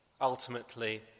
Ultimately